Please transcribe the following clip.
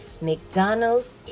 McDonald's